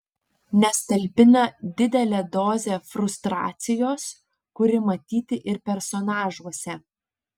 nes talpina didelę dozę frustracijos kuri matyti ir personažuose